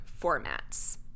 formats